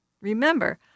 Remember